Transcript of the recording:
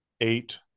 eight